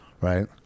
Right